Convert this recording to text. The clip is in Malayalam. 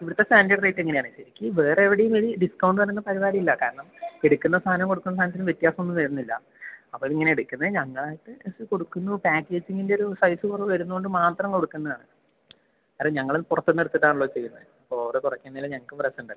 ഇവിടുത്തെ സ്റ്റാൻഡേർഡ് റേറ്റ് എങ്ങനെ ആണ് ശരിക്ക് വേറെ എവിടെയും വഴി ഡിസ്കൗണ്ട് വരുന്ന പരിപാടി ഇല്ല കാരണം എടുക്കുന്ന സാധനം കൊടുക്കുന്ന സാധനത്തിനും വ്യത്യാസം ഒന്നും വരുന്നില്ല അപ്പം ഇങ്ങനെ എടുക്കുന്ന ഞങ്ങളായിട്ട് കൊടുക്കുന്നു പാക്കേഴ്സിംഗിൻ്റെ ഒരു സൈസ് കുറവ് വരുന്നതുകൊണ്ട് മാത്രം കൊടുക്കുന്നതാണ് അത് ഞങ്ങൾ പുറത്തുനിന്ന് എടുത്തിട്ട് ആണല്ലൊ ചെയ്യുന്നത് ഓരോ കുറയ്ക്കുന്നതിലും ഞങ്ങൾക്ക് പ്രശ്നം ഉണ്ടല്ലൊ